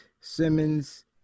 Simmons